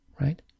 right